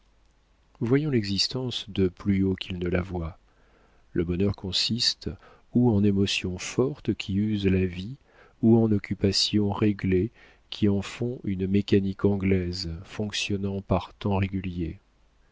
voyons l'existence de plus haut qu'ils ne la voient le bonheur consiste ou en émotions fortes qui usent la vie ou en occupations réglées qui en font une mécanique anglaise fonctionnant par temps réguliers